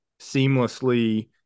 seamlessly